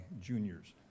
juniors